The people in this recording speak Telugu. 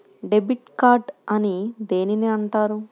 డెబిట్ కార్డు అని దేనిని అంటారు?